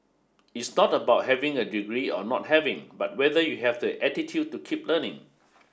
it's not about having a degree or not having but whether you have that attitude to keep learning